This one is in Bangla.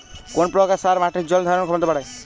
কোন প্রকার সার মাটির জল ধারণ ক্ষমতা বাড়ায়?